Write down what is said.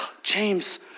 James